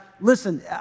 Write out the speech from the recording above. listen